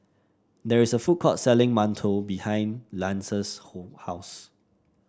there is a food court selling mantou behind Lance's house